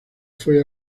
fue